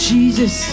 Jesus